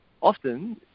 often